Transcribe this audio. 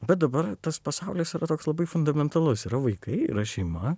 bet dabar tas pasaulis yra toks labai fundamentalus yra vaikai yra šeima